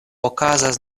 okazas